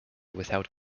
without